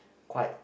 quite